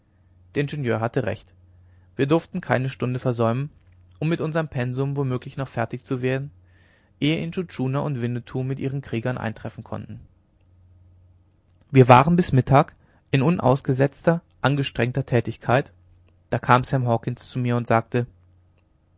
der ingenieur hatte recht wir durften keine stunde versäumen um mit unserm pensum womöglich noch fertig zu werden ehe intschu tschuna und winnetou mit ihren kriegern eintreffen konnten wir waren bis mittag in unausgesetzter angestrengter tätigkeit da kam sam hawkens zu mir und sagte